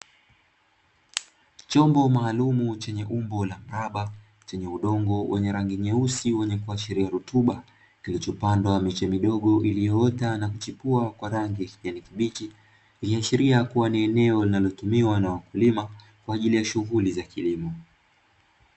Chombo maalumu chenye umbo la mraba, chenye udongo wenye rangi nyeusi wenye kuashiria rutuba, kilichopandwa miche midogo iliyoota na kuchipua kwa rangi ya kijani kibichi, ikiashiria kuwa ni eneo linalotumiwa na wakulima kwa ajili ya shughuli za kilimo.